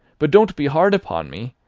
but don't be hard upon me!